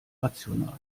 rational